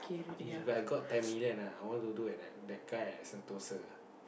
If I got ten million ah I want to do like that that guy at Sentosa ah